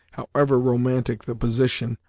however romantic the position,